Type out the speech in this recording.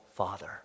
Father